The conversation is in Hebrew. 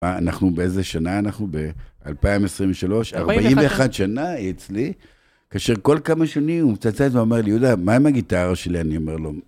אנחנו באיזה שנה אנחנו? ב-2023, 41 שנה היא אצלי. כאשר כל כמה שנים הוא מצלצל ואומר לי, יודה, מה עם הגיטרה שלי? אני אומר לו...